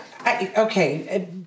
Okay